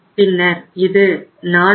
பின்னர் இது 439